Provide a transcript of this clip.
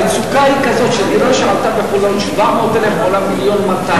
המצוקה היא כזאת שדירה שעלתה בחולון 700,000 עולה 1.2 מיליון.